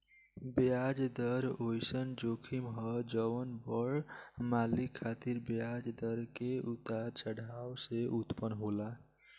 ब्याज दर ओइसन जोखिम ह जवन बड़ मालिक खातिर ब्याज दर के उतार चढ़ाव से उत्पन्न होला